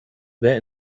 wer